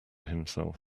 himself